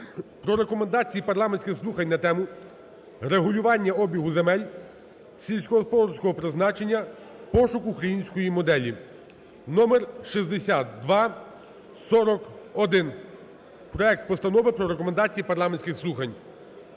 про Рекомендації парламентських слухань на тему: "Регулювання обігу земель сільськогосподарського призначення: пошук української моделі" (№ 6241). Проект Постанови про Рекомендації парламентських слухань